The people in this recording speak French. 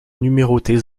numérotés